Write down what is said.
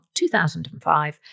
2005